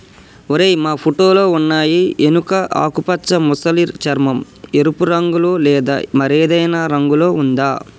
ఓరై మా ఫోటోలో ఉన్నయి ఎనుక ఆకుపచ్చ మసలి చర్మం, ఎరుపు రంగులో లేదా మరేదైనా రంగులో ఉందా